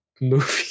movie